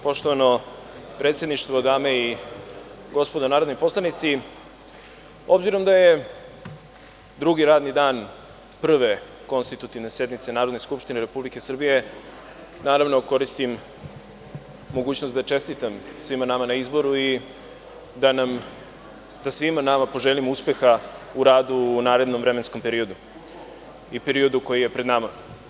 Poštovano predsedništvo, dame i gospodo narodni poslanici, obzirom da je drugi radni dan Prve konstitutivne sednice Narodne skupštine Republike Srbije, naravno, koristim mogućnost da čestitam svima nama na izboru i da svima nama poželim uspeha u radu u narednom vremenskom periodu i periodu koji je pred nama.